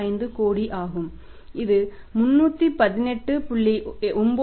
05 கோடி ஆகும் இது 318